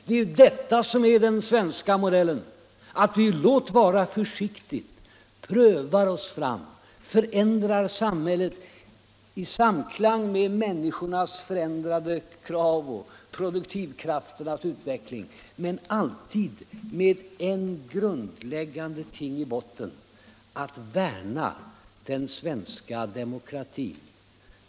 Det är detta som är den svenska modellen — att vi, låt vara försiktigt, prövar oss fram, förändrar samhället i samklang med människornas ändrade krav och produktionskrafternas utveckling men alltid med det grundläggande målet att värna den svenska demokratin.